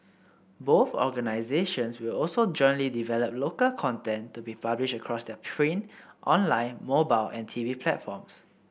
both organisations will also jointly develop local content to be published across their print online mobile and T V platforms